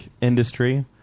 industry